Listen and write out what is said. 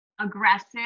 aggressive